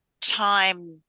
time